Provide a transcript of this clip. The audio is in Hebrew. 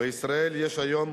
ובישראל יש היום